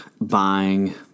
buying